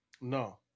No